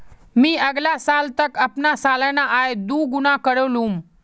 मी अगला साल तक अपना सालाना आय दो गुना करे लूम